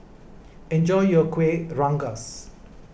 enjoy your Kueh Rengas